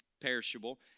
Perishable